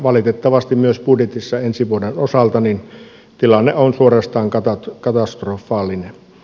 valitettavasti myös budjetissa ensi vuoden osalta tilanne on suorastaan katastrofaalinen